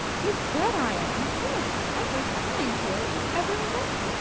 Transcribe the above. you bet i am! you must have every kind here that was ever invented.